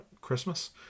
Christmas